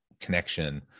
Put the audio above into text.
connection